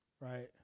right